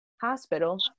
hospital